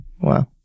Wow